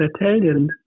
Italian